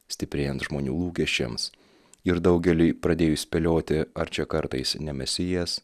stiprėjant žmonių lūkesčiams ir daugeliui pradėjus spėlioti ar čia kartais ne mesijas